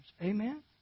Amen